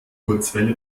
kurzwelle